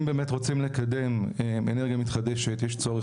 אם באמת רוצים לקדם אנרגיה מתחדשת יש צורך